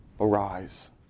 arise